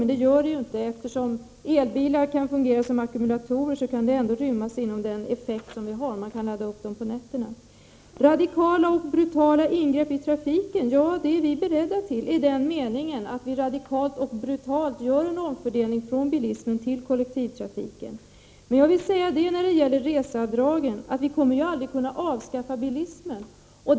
Men det gör det inte. Eftersom elbilar kan fungera som ackumulatorer, kan de rymmas inom den effekt som vi har — bilarna kan laddas upp på nätterna. Birgitta Dahl frågade om oppositionen var beredd att medverka till radikala och brutala ingrepp i trafiken. Vi är beredda till det, i den meningen att vi radikalt och brutalt vill göra en omfördelning från privatbilism till kollektivtrafik. Men när det gäller reseavdragen vill jag säga att vi aldrig kommer att kunna avskaffa bilismen.